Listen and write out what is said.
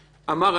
אמר,